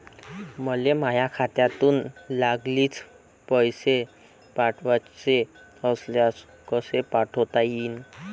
मले माह्या खात्यातून लागलीच पैसे पाठवाचे असल्यास कसे पाठोता यीन?